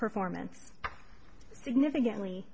performance significantly